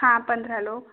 हाँ पंद्रह लोग